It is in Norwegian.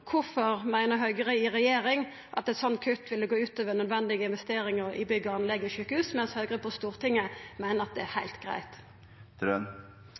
meiner Høgre i regjering at eit sånt kutt vil gå ut over nødvendige investeringar i bygg, anlegg og sjukehus, mens Høgre på Stortinget meiner at det er heilt greitt?